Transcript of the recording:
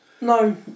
No